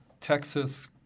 Texas